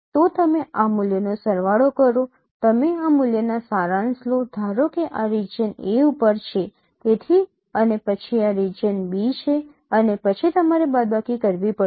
તો તમે આ મૂલ્યનો સરવાળો કરો તમે આ મૂલ્યના સારાંશ લો ધારો કે આ રિજિયન A ઉપર છે તેથી અને પછી આ રિજિયન B છે અને પછી તમારે બાદબાકી કરવી પડશે